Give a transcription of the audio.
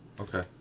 Okay